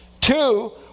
Two